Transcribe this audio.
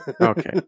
Okay